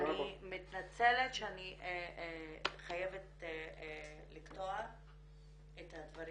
אני מתנצלת שאני חייבת לקטוע את הדברים,